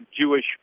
Jewish